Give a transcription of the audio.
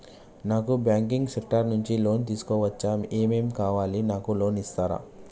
నాకు banking sector నుంచి loan తీసుకోవచ్చా? ఏమేం కావాలి? నాకు లోన్ ఇస్తారా?